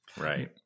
Right